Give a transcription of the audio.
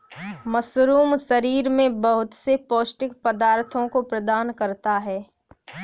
mushroom शरीर में बहुत से पौष्टिक पदार्थों को प्रदान करता है